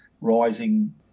rising